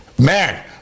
man